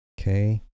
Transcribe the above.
Okay